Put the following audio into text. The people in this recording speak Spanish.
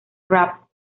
rap